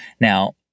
Now